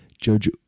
Judge